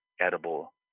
edible